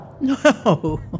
No